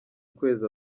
ukwezi